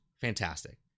Fantastic